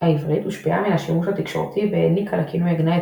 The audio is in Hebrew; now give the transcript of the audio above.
העברית הושפעה מן השימוש התקשורתי והעניקה לכינוי הגנאי את